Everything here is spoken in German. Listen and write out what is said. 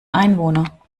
einwohner